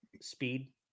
Speed